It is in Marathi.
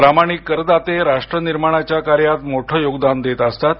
प्रामाणिक करदाते राष्ट्रनिर्माणाच्या कार्यात मोठे योगदान देत असतात